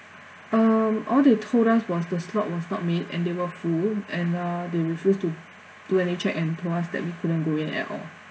um all they told us was the slot was not made and they were full and uh they refused to do any check and told us that we couldn't go in at all